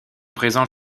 présents